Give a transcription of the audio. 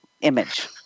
image